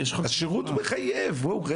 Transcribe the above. השירות מחייב, בואו.